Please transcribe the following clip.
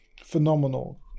phenomenal